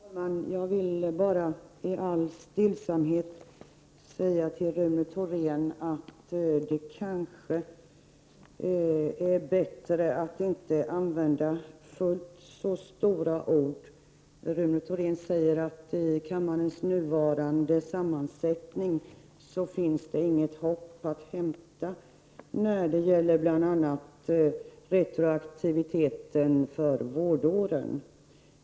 Herr talman! Jag vill bara i all stillsamhet säga till Rune Thorén att det kanske är bättre att inte använda så stora ord. Rune Thorén säger att med kammarens nuvarande sammansättning finns det inget hopp att hämta, bl.a. när det gäller retroaktiviteten för vårdåren.